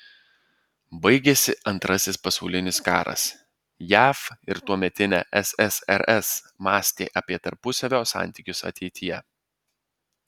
baigėsi antrasis pasaulinis karas jav ir tuometinė ssrs mąstė apie tarpusavio santykius ateityje